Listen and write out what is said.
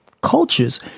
cultures